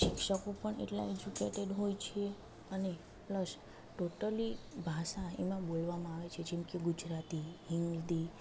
શિક્ષકો પણ એટલા એજ્યુકેટેડ હોય છે અને પ્લસ ટોટલી ભાષા એમાં બોલવામાં આવે છે જેમકે ગુજરાતી હિન્દી